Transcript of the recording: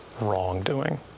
wrongdoing